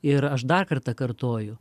ir aš dar kartą kartoju